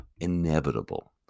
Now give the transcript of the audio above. inevitable